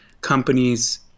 companies